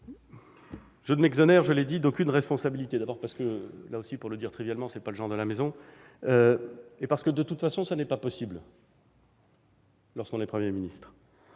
Je ne m'exonère, je l'ai dit, d'aucune responsabilité, d'abord parce que, pour le dire trivialement, ce n'est pas le genre de la maison, ensuite parce que ce n'est de toute façon pas possible lorsque l'on est Premier ministre.